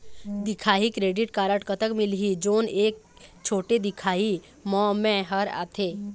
दिखाही credit card कतक मिलही जोन एक छोटे दिखाही म मैं हर आथे?